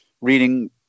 reading